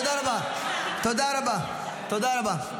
תודה רבה, תודה רבה.